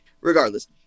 Regardless